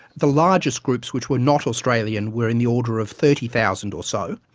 the largest groups which were not australian were in the order of thirty thousand or so.